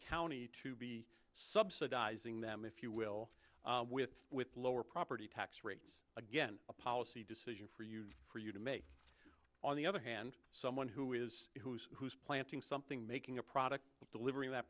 county to be subsidizing them if you will with with lower property tax rates again a policy decision for you to make on the other hand someone who is who's who's planting something making a product of delivering that